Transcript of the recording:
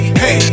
hey